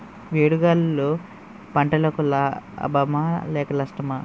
వేడి గాలులు పంటలకు లాభమా లేక నష్టమా?